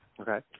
Okay